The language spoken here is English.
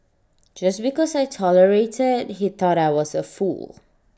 just because I tolerated he thought I was A fool